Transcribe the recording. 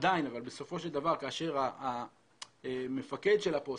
עדיין, בסופו של דבר, כאשר המפקד של הפוסטה,